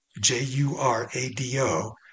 J-U-R-A-D-O